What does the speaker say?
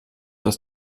das